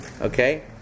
Okay